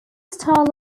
style